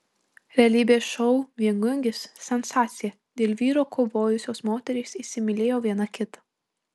realybės šou viengungis sensacija dėl vyro kovojusios moterys įsimylėjo viena kitą